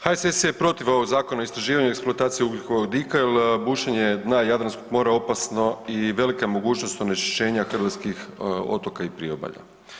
HSS je protiv ovog Zakona o istraživanju i eksploataciji ugljikovodika jer je bušenje dna Jadranskog mora opasno i velika je mogućnost onečišćenja hrvatskih otoka i priobalja.